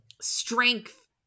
strength